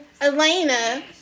Elena